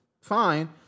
fine